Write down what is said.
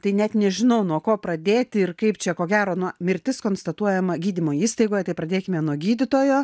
tai net nežinau nuo ko pradėti ir kaip čia ko gero nuo mirtis konstatuojama gydymo įstaigoj tai pradėkime nuo gydytojo